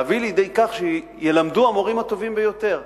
להביא לידי כך שילמדו המורים הטובים ביותר.